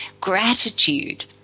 gratitude